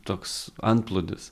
toks antplūdis